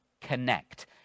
Connect